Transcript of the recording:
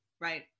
right